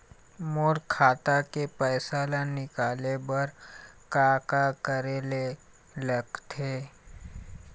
मोर खाता के पैसा ला निकाले बर का का करे ले लगथे?